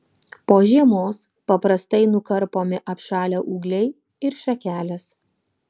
po žiemos paprastai nukarpomi apšalę ūgliai ir šakelės